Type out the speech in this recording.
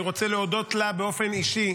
אני רוצה להודות לה באופן אישי,